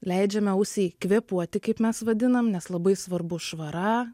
leidžiame ausiai kvėpuoti kaip mes vadinam nes labai svarbu švara